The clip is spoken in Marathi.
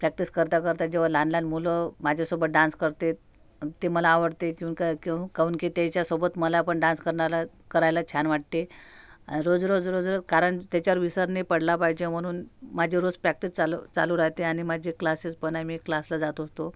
प्रॅक्टिस करताकरता जेव्हा लहान लहान मुलं माझ्यासोबत डान्स करतात ते मला आवडते क्युन का क्युन काऊन की त्याच्यासोबत मलापण डान्स करनाला करायला छान वाटते रोज रोज रोज रोज कारण त्याच्यावर विसर नाही पडला पाहिजे म्हणून माझी रोज प्रॅक्टिस चालू चालू राहते आणि माझे क्लासेसपण आहे मी क्लासला जात असतो